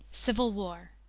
civil war